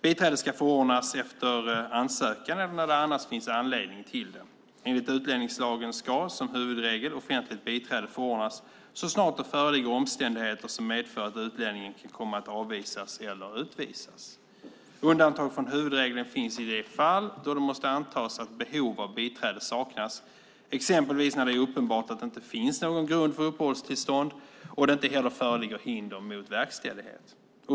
Biträde ska förordnas efter ansökan eller när det annars finns anledning till det. Enligt utlänningslagen ska som huvudregel offentligt biträde förordnas så snart det föreligger omständigheter som medför att utlänningen kan komma att avvisas eller utvisas. Undantag från huvudregeln finns i de fall då det måste antas att behov av biträde saknas, exempelvis när det är uppenbart att det inte finns någon grund för uppehållstillstånd och det inte heller föreligger hinder mot verkställighet.